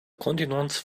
continuance